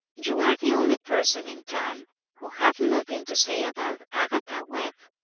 you are the only person in town who have nothing to say about agatha webb.